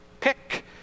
pick